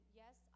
yes